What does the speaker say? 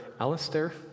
Alistair